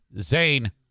Zane